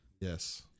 Yes